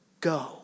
go